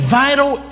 vital